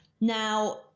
Now